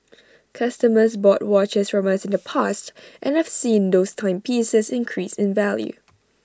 customers bought watches from us in the past and have seen those timepieces increase in value